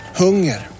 hunger